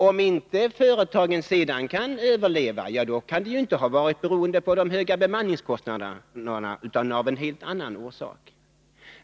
Om inte företagen sedan kan överleva, kan det inte ha varit beroende på de höga bemanningskostnaderna utan på något helt annat.